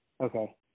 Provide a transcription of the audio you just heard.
Okay